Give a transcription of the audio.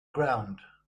ground